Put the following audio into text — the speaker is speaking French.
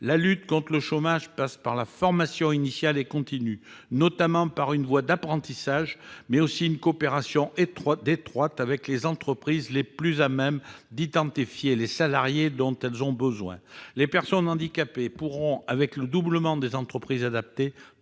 la lutte contre le chômage passe par la formation initiale et continue, notamment par une voie d'apprentissage, mais aussi par une coopération étroite avec les entreprises, les plus à même d'identifier les salariés dont elles ont besoin. Les personnes handicapées pourront, avec le doublement des entreprises adaptées,